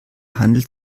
handel